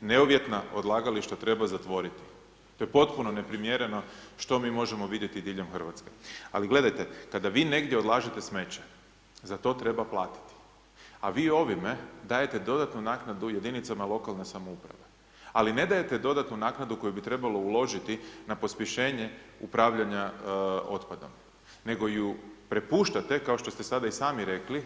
Neuvjetna odlagališta treba zatvoriti, to je potpuno neprimjereno što mi možemo vidjeti diljem Hrvatske, ali gledajte, kada vi negdje odlažete smeće za to treba platiti, a vi ovime dodatno dajete naknadu jedinicama lokalne samouprave, ali ne dajete dodatnu naknadu koju bi trebalo uložiti na pospješenje upravljanja otpadom, nego ju prepuštate, kao što ste sada i sami rekli,